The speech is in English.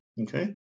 Okay